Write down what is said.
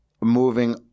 moving